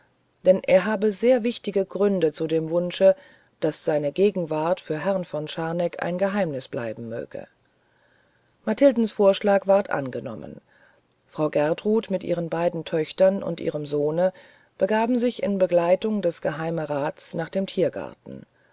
denn er habe sehr wichtige gründe zu dem wunsche daß seine gegenwart für herrn von scharneck ein geheimnis bleiben möge mathildens vorschlag ward angenommen frau gertrud mit ihren beiden töchtern und ihrem sohne begaben sich in begleitung des geheimerats nach dem tiergarten